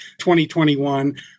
2021